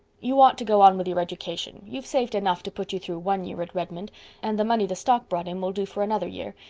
you ought to go on with your education. you've saved enough to put you through one year at redmond and the money the stock brought in will do for another year.